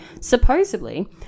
Supposedly